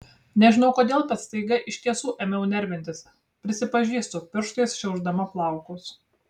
nežinau kodėl bet staiga iš tiesų ėmiau nervintis prisipažįstu pirštais šiaušdama plaukus